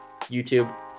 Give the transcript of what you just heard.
YouTube